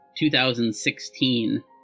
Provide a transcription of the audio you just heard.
2016